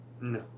No